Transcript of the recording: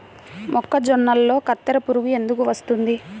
మొక్కజొన్నలో కత్తెర పురుగు ఎందుకు వస్తుంది?